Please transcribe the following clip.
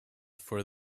for